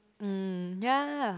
mm ya